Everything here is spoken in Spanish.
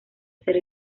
ser